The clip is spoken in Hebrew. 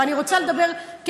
אבל, אני רוצה לדבר, למה לא?